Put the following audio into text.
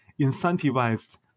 incentivized